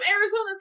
Arizona